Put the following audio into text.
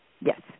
Yes